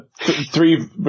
three